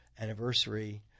anniversary